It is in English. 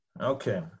Okay